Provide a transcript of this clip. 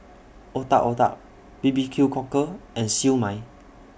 Otak Otak B B Q Cockle and Siew Mai